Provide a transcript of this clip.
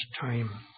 time